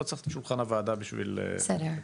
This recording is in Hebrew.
לא צריך את שולחן הוועדה כדי לתקשר.